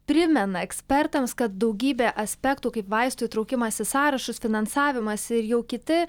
primena ekspertams kad daugybė aspektų kaip vaistų įtraukimas į sąrašus finansavimas ir jau kiti